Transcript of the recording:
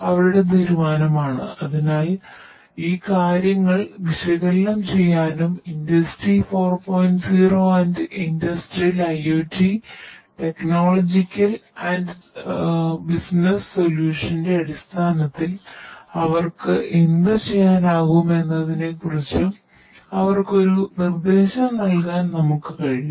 അവരുടെ ബസ്സിനെസ്സിലെഅടിസ്ഥാനത്തിൽ അവർക്ക് എന്തുചെയ്യാനാകുമെന്നതിനെക്കുറിച്ച് അവർക്ക് ഒരു നിർദ്ദേശം നൽകാനും കഴിയും